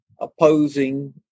opposing